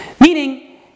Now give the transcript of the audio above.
Meaning